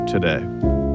today